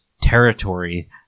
territory